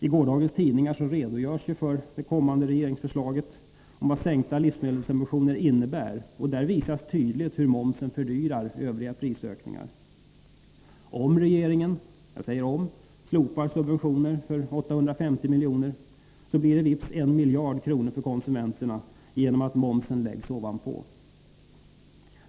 I gårdagens tidningar redogörs för det kommande regeringsförslaget om vad sänkta livsmedelssubventioner innebär. Där visas tydligt fram hur momsen fördyrar andra prisökningar. Om regeringen — jag säger om — slopar subventioner för 850 miljoner, blir det vips över en miljard kronor för konsumenterna, eftersom momsen läggs ovanpå.